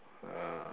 uh